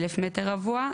1,000 מ"ר.